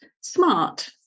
smart